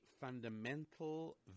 fundamental